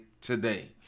today